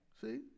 See